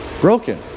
Broken